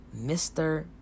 Mr